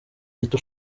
gito